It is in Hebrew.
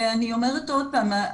ואני אומרת עוד פעם,